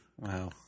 Wow